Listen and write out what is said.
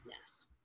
Yes